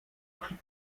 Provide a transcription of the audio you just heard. plus